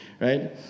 right